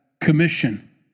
commission